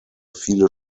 viele